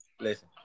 Listen